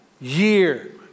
year